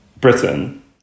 Britain